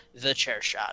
TheChairShot